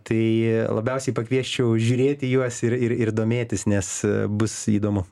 tai labiausiai pakviesčiau žiūrėti juos ir ir ir domėtis nes bus įdomu